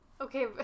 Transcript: Okay